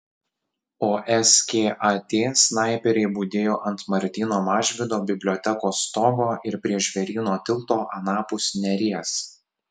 o skat snaiperiai budėjo ant martyno mažvydo bibliotekos stogo ir prie žvėryno tilto anapus neries